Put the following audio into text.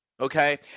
Okay